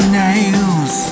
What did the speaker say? nails